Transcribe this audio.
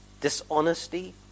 Dishonesty